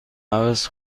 عوض